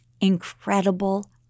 incredible